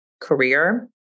career